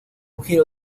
giro